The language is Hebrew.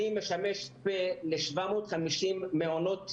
אני משמש פה ל-750 מעונות מפוקחים,